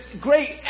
great